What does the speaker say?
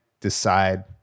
decide